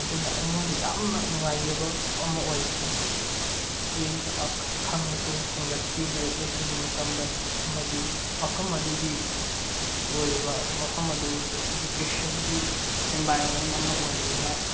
ꯑꯗꯨꯅ ꯑꯩꯉꯣꯟꯗ ꯌꯥꯝꯅ ꯅꯨꯡꯉꯥꯏꯖꯕ ꯑꯃ ꯑꯣꯏꯈꯤ ꯈꯪꯕꯁꯨ ꯍꯦꯟꯒꯠꯈꯤ ꯂꯥꯏꯔꯤꯛ ꯂꯥꯏꯁꯨꯒꯤ ꯃꯇꯥꯡꯗ ꯑꯃꯗꯤ ꯃꯐꯝ ꯑꯗꯨꯒꯤ ꯑꯣꯏꯕ ꯃꯐꯝ ꯑꯗꯨꯁꯨ ꯏꯖꯨꯀꯦꯁꯟꯒꯤ ꯑꯦꯟꯚꯥꯏꯔꯣꯟꯃꯦꯟ ꯑꯃ ꯑꯣꯏꯕꯅ